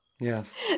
yes